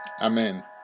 Amen